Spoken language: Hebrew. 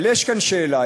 אבל יש כאן שאלה,